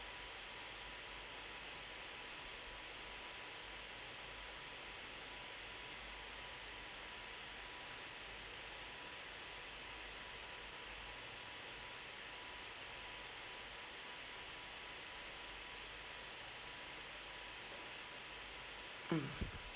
mm